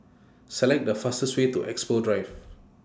Select The fastest Way to Expo Drive